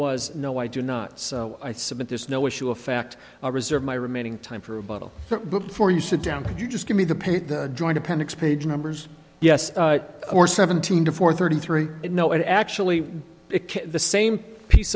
was no i do not so i submit there's no issue of fact i reserve my remaining time for a bottle before you sit down and you just give me the paper the joint appendix page numbers yes or seventeen to four thirty three no actually the same piece